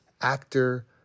actor